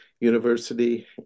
University